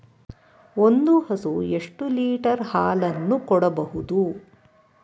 ಒಂದು ಹಸು ಎಷ್ಟು ಲೀಟರ್ ಹಾಲನ್ನು ಕೊಡಬಹುದು?